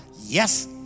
Yes